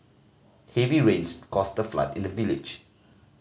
heavy rains caused a flood in the village